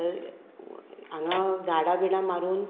आतां हांगा झाडां बिडां मारून